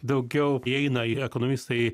daugiau įeina į ekonomistai